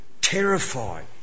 terrified